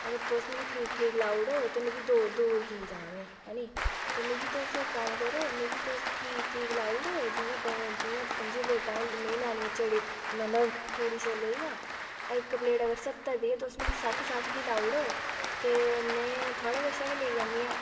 अगर तुस मिगी ठीक ठीक लाऊ उड़ो ते मिगी दूर दूर की जां में हे नी ते मिगी तुस इक कम्म करो मिगी तुस ठीक ठीक लाउ उड़ो जियां जियां पं'जी प्लेटां ओह् में लैनियां चने मतलब पूड़ी छोल्लें दियां इक प्लेट अगर स्हत्तर दी ऐ ते तुस मिगी सट्ठ सट्ठ दी लाऊ उड़ो ते में थुआढ़े कशा गै लेई जन्नी आं